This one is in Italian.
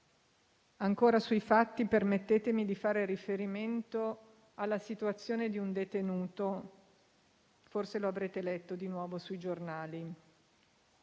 Ancora sui fatti, permettetemi di far riferimento alla situazione di un detenuto, di cui forse avete letto sui giornali.